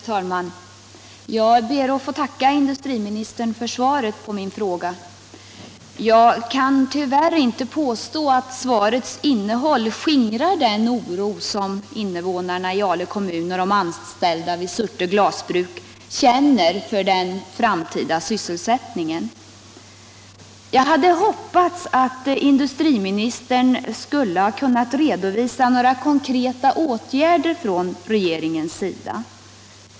Herr talman! Jag ber att få tacka industriministern för svaret på min interpellation. Jag kan tyvärr inte påstå att svarets innehåll skingrar den oro som invånarna i Ale kommun och de anställda vid Surte glasbruk känner för den framtida sysselsättningen. Jag hade hoppats att industriministern skulle ha kunnat redovisa några konkreta åtgärder från regeringens sida.